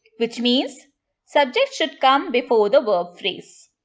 which means subject should come before the verb phrase.